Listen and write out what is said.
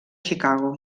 chicago